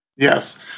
Yes